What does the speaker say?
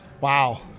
Wow